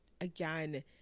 again